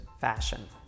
fashion